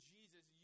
Jesus